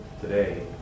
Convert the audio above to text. today